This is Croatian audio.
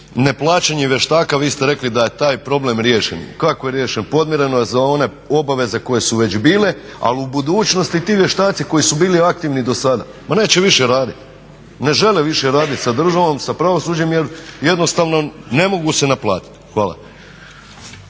Neplaćanje vještaka, vi ste rekli da je taj problem riješen. Kako je riješen, podmireno je za one obaveze koje su već bile ali u budućnosti ti vještaci koji su bili aktivni do sada ma neće više radit, ne žele više radit sa državom, sa pravosuđem jer jednostavno ne mogu se naplatit. Hvala.